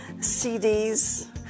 CD's